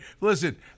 Listen